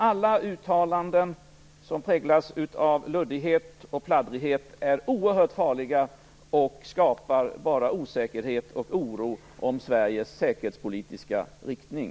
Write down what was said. Alla uttalanden som präglas av luddighet och pladdrighet är alltså oerhört farliga och skapar bara osäkerhet och oro om Sveriges säkerhetspolitiska riktning.